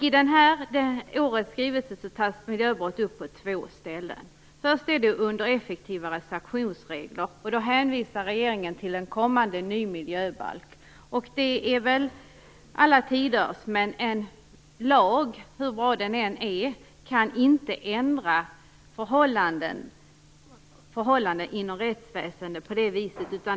I årets skrivelse tas miljöbrott upp på två ställen, först under Effektivare sanktionsregler. Där hänvisar regeringen till en kommande ny miljöbalk. Det är väl alla tiders, men en lag, hur bra den än är, kan inte ändra förhållanden inom rättsväsendet på det viset.